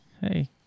Hey